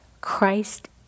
Christ